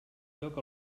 lloc